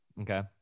Okay